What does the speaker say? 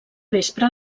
vespre